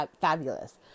fabulous